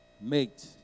mate